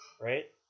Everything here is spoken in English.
right